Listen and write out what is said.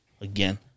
again